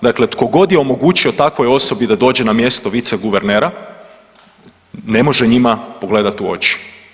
Dakle, tko god je omogućio takvoj osobi da dođe na mjesto viceguvernera ne može njima pogledat u oči.